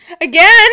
Again